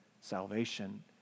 Salvation